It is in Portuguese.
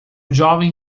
jovem